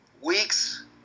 weeks